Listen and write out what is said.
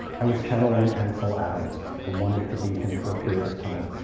i was channeling ansel adams. i wanted to be him for a period of time.